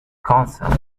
consent